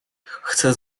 chcę